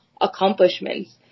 accomplishments